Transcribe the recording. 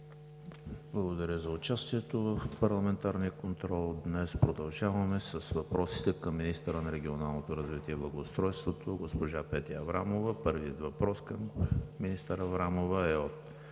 Благодаря за участието в парламентарния контрол днес. Продължаваме с въпросите към министъра на регионалното развитие и благоустройството госпожа Петя Аврамова. Първият въпрос към министър Аврамова е от